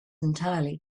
entirely